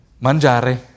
mangiare